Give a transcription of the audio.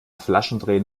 flaschendrehen